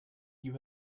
you